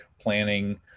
planning